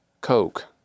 Coke